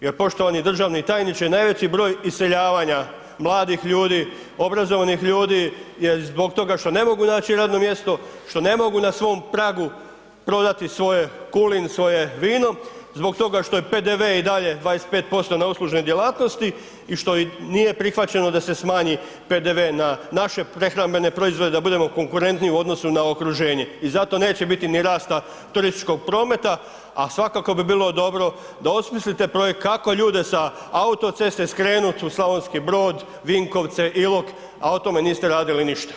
Jer poštovani državni tajniče, najveći broj iseljavanja mladih ljudi, obrazovanih ljudi je zbog toga što ne mogu naći radno mjesto, što ne mogu na svom pragu prodati svoje kulen, svoje vino, zbog toga što je PDV i dalje 25% na uslužne djelatnosti i što nije prihvaćeno da se smanji PDV na naše prehrambene proizvode da budemo konkurentniji u odnosu na okruženje i zato neće biti ni rasta turističkog prometa, a svakako bi bilo dobro da osmislite projekt kako ljude sa autoceste skrenut u Slavonski Brod, Vinkovce, Ilok, a o tome niste radili ništa.